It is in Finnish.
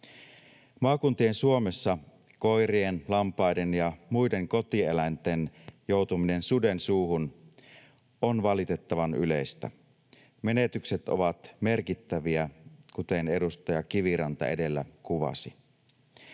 Maakuntien Suomessa koirien, lampaiden ja muiden kotieläinten joutuminen suden suuhun on valitettavan yleistä. Menetykset ovat merkittäviä, kuten edustaja Kiviranta edellä kuvasi.